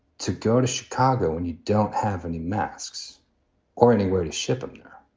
to go to chicago and you don't have any masks or anywhere to ship them there,